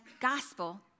gospel